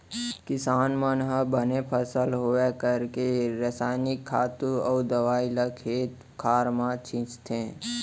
किसान मन ह बने फसल होवय कइके रसायनिक खातू अउ दवइ ल खेत खार म छींचथे